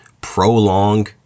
prolong